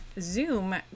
Zoom